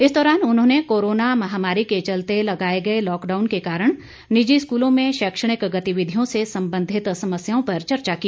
इस दौरान उन्होंने कोरोना महामारी के चलते लगाए गए लॉकडाउन के कारण निजी स्कूलों में शैक्षणिक गतिविधियों से संबंधित समस्याओं पर चर्चा की